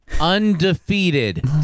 undefeated